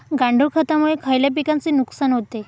गांडूळ खतामुळे खयल्या पिकांचे नुकसान होते?